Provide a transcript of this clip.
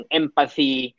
empathy